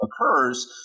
occurs